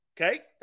Okay